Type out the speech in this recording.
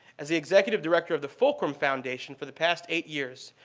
as the executive director of the fulcrum foundation for the past eight years,